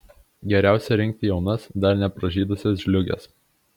geriausia rinkti jaunas dar nepražydusias žliūges